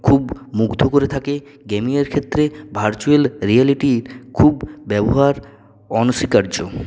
খুব মুগ্ধ করে থাকে গেমিংয়ের ক্ষেত্রে ভার্চুয়াল রিয়ালিটি খুব ব্যবহার অনস্বীকার্য